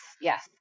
yes